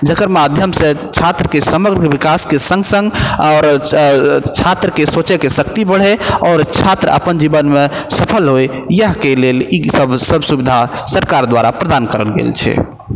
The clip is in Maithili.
जेकर माध्यम से छात्रके समग्र विकासके सङ्ग सङ्ग छात्रके सोचैके शक्ति बढ़ै आओर छात्र अपन जीवनमे सफल होइ यहएके लेल इसब सब सुविधा सरकार दुआरा प्रदान करल गेल छै